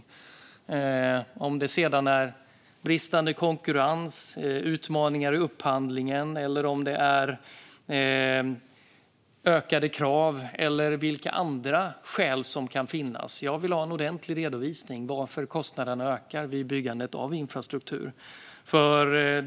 Oavsett om det handlar om bristande konkurrens, utmaningar i upphandlingen, ökade krav eller annat så vill jag ha en ordentlig redovisning av varför kostnaderna ökar vid byggandet av infrastruktur.